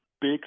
big